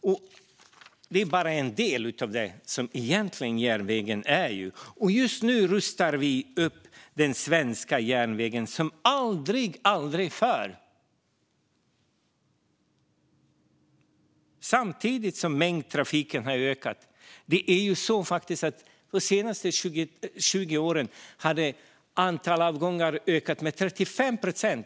Och detta är bara en del av det som egentligen är järnväg. Just nu rustar vi upp den svenska järnvägen som aldrig förr, samtidigt som mängden trafik har ökat. De senaste 20 åren har faktiskt antalet avgångar ökat med 35 procent.